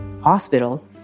hospital